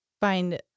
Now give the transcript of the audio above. find